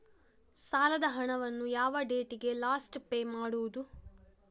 ಸಾಲದ ಹಣವನ್ನು ಯಾವ ಡೇಟಿಗೆ ಲಾಸ್ಟ್ ಪೇ ಮಾಡುವುದು?